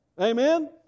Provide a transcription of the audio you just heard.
Amen